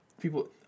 People